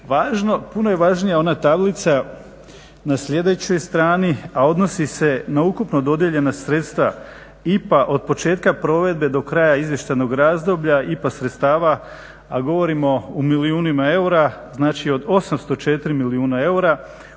puno je važnija ona tablica na sljedećoj strani, a odnosi se na ukupno dodijeljena sredstva IPA od početka provedbe do kraja izvještajnog razdoblja IPA sredstava, a govorimo o milijunima eura, znači od 804 milijuna eura